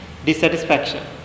dissatisfaction